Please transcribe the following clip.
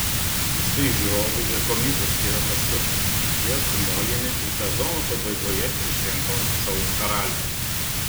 už tai žiūrovai ir komisija skiria taškus jie sumojami ir sezono pabaigoje išrenkamas šou karalius